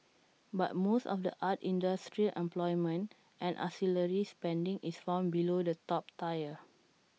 but most of the art industry's employment and ancillary spending is found below the top tier